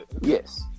Yes